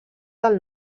del